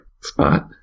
spot